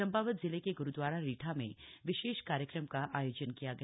चम्पावत जिले के ग्रुद्वारा रीठा में विशेष कार्यक्रम का आयोजन किया गया